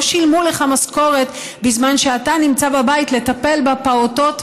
לא שילמו לך משכורת בזמן שאתה נמצא בבית לטפל בפעוטות,